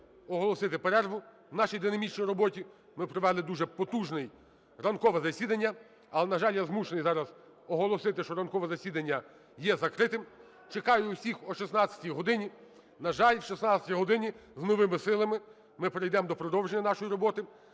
оголосити перерву в нашій динамічній роботі. Ми провели дуже потужне ранкове засідання, але, на жаль, я змушений зараз оголосити, що ранкове засідання є закритим. Чекаю усіх о 16 годині. На жаль, о 16 годині з новими силами ми перейдемо до продовження нашої роботи.